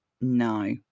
no